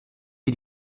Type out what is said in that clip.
wir